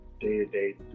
day-to-day